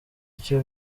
icyo